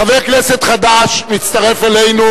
אלינו.